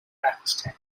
pakistan